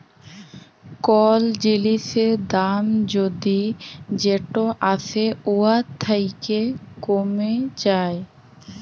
call জিলিসের দাম যদি যেট আসে উয়ার থ্যাকে কমে যায়